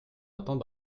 attente